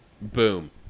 Boom